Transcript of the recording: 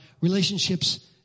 relationships